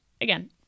again